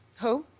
who?